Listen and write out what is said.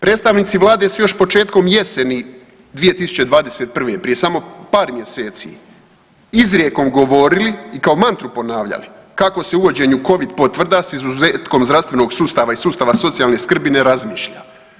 Predstavnici vlade su još početkom jeseni 2021. prije samo par mjeseci izrijekom govorili i kao mantru ponavljali kako se uvođenje covid potvrda s izuzetkom zdravstvenog sustava i sustava socijalne skrbi ne razmišlja.